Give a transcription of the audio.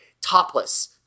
topless